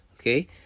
Okay